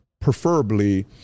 preferably